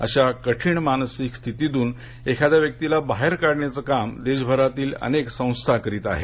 अशा कठीण मानसिक स्थितीतून एखाद्या व्यक्तीला बाहेर काढण्याचं काम देशभरात अनेक संस्था करत आहेत